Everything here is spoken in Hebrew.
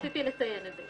רק רציתי לציין את זה.